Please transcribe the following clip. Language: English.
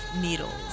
needles